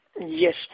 Yes